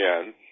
again